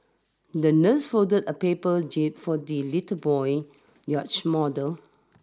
the nurse folded a paper jib for the little boy's yacht model